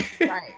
Right